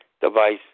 device